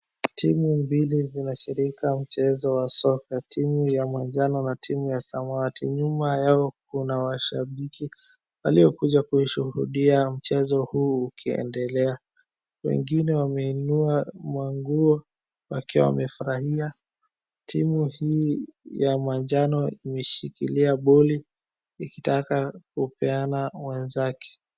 Timu mbili zinashirika mchezo wa soka timu ya manjano na timu ya samawati. Nyuma yao kuna washabiki walio kuja kuishuhudia mchezo huu ukiendelea. Wengine wameinua manguo wakiwa wamefurahia. Timu hii ya manjano imeshikilia boli likitaka kupeana kwa mwenzake.